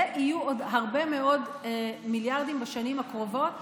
ויהיו עוד הרבה מאוד מיליארדים בשנים הקרובות שמיועדים,